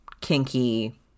kinky